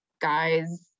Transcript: guys